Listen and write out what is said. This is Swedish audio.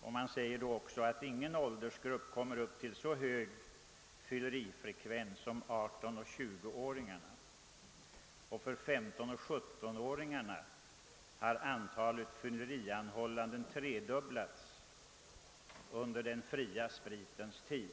och ingen åldersgrupp kommer upp till så hög fyllerifrekvens som 18—20-åringarna. För 15—17-åringarna har antalet fyllerianhållanden tredubblats under den fria spritens tid.